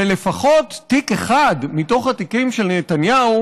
ולפחות תיק אחד מתוך התיקים של נתניהו